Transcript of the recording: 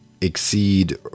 exceed